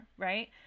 right